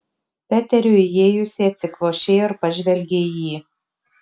peteriui įėjus ji atsikvošėjo ir pažvelgė į jį